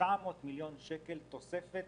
מדובר ב-900 מיליון שקל תוספת